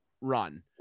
run